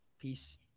Peace